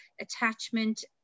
attachment